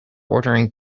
ordering